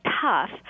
tough